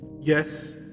Yes